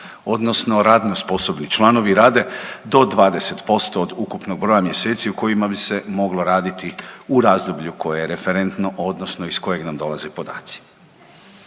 odnosno radno sposobni članovi rade do 20% od ukupnog broja mjeseci u kojima bi se moglo raditi u razdoblju koje je referentno odnosno iz kojeg nam dolaze podaci.